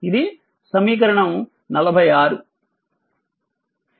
ఇది సమీకరణం 46